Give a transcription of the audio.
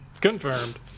confirmed